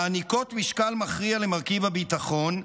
מעניקות משקל מכריע למרכיב הביטחון,